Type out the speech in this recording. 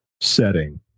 setting